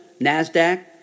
NASDAQ